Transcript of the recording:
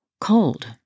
Cold